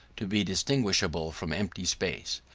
to be distinguishable from empty space.